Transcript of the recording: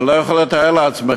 אני לא יכול לתאר לכם.